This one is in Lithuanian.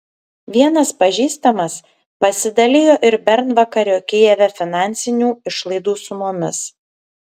vienas pažįstamas pasidalijo ir bernvakario kijeve finansinių išlaidų sumomis